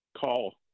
call